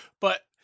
but-